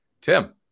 Tim